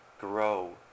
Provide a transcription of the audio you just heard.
grow